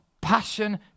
passion